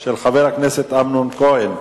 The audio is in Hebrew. של חבר הכנסת אמנון כהן.